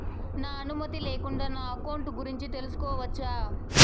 నా అనుమతి లేకుండా నా అకౌంట్ గురించి తెలుసుకొనొచ్చా?